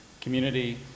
community